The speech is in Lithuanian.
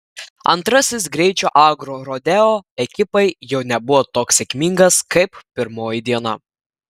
antrasis greičio agrorodeo ekipai jau nebuvo toks sėkmingas kaip pirmoji diena